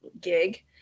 gig